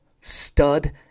stud